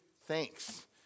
thanks